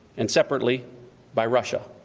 and separately by russia.